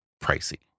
pricey